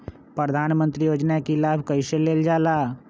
प्रधानमंत्री योजना कि लाभ कइसे लेलजाला?